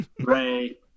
Ray